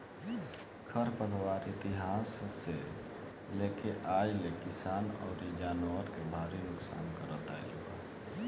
खर पतवार इतिहास से लेके आज ले किसान अउरी जानवर के भारी नुकसान करत आईल बा